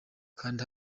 kanda